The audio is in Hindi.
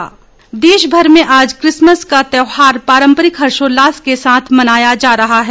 क्रिसमस देशभर में आज क्रिसमस का त्यौहार पारंपरिक हर्षोल्लास के साथ मनाया जा रहा है